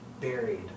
buried